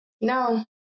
No